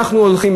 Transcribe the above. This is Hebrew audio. ואנחנו הולכים,